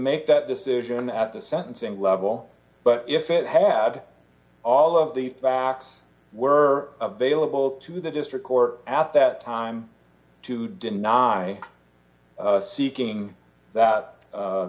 make that decision at the sentencing level but if it had all of the facts were available to the district court after that time to deny seeking that